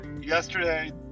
Yesterday